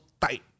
tight